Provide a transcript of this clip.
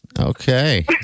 Okay